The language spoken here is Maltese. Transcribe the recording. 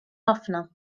ħafna